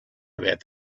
about